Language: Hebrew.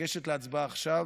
לגשת להצבעה עכשיו.